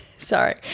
sorry